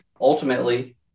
Ultimately